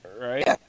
Right